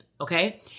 okay